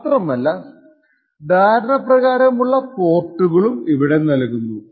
മാത്രമല്ല ധാരണ പ്രകാരമുള്ള പോർട്ടുകളും ഇവിടെ നൽകുന്നു